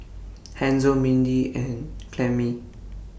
Hansel Mindy and Clemmie